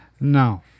No